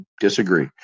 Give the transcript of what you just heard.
disagree